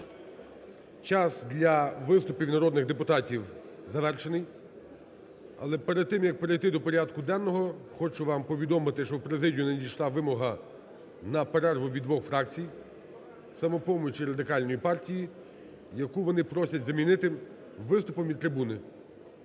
Час для виступів народних депутатів завершений. Але перед тим як перейти до порядку денного хочу вам повідомити, що в президію надійшла вимога на перерву від двох фракцій "Самопомочі" і Радикальної партії, яку вони просять замінити виступом від трибуни.